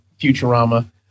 Futurama